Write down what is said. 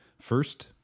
First